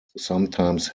sometimes